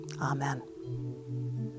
amen